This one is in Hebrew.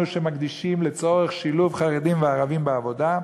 שמקדישים לצורך שילוב חרדים וערבים בעבודה,